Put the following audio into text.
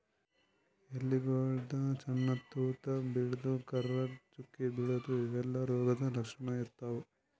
ಎಲಿಗೊಳ್ದಾಗ್ ಸಣ್ಣ್ ತೂತಾ ಬೀಳದು, ಕರ್ರಗ್ ಚುಕ್ಕಿ ಬೀಳದು ಇವೆಲ್ಲಾ ರೋಗದ್ ಲಕ್ಷಣ್ ಇರ್ತವ್